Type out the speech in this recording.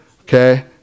okay